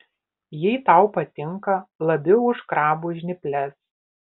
jie tau patinka labiau už krabų žnyples